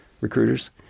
recruiters